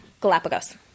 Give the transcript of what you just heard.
Galapagos